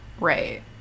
right